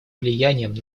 влиянием